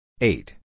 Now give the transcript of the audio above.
eight